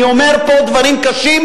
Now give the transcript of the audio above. אני אומר פה דברים קשים,